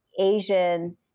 Asian